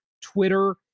Twitter